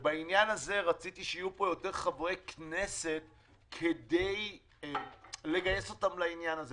ובעניין הזה רציתי שיהיו פה יותר חברי כנסת כדי לגייס אותם לעניין הזה.